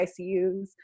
ICUs